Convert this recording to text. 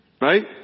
Right